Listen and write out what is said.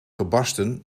gebarsten